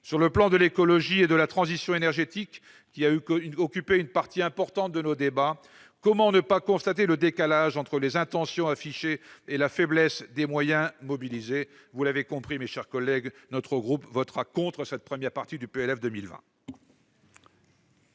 Sur le plan de l'écologie et de la transition énergétique, qui ont occupé une partie importante de nos débats, comment ne pas constater le décalage entre les intentions affichées et la faiblesse des moyens mobilisés ? Vous l'avez compris, mes chers collègues, mon groupe votera contre cette première partie du PLF pour